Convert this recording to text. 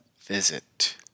visit